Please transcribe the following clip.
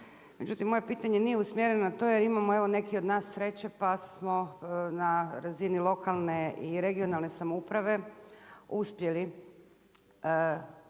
Međutim, moje pitanje nije usmjereno na to jer imamo evo neki od nas sreće pa smo na razini lokalne i regionalne samouprave uspjeli u